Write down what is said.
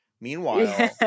Meanwhile